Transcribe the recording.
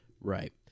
Right